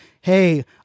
hey